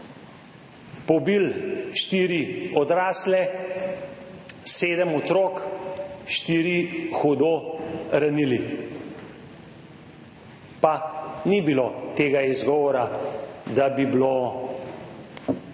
pobili štiri odrasle, sedem otrok, štiri hudo ranili. Pa ni bilo tega izgovora, da bi bilo